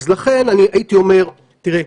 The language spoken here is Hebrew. אז לכן אני הייתי אומר: תראה,